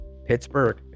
Pittsburgh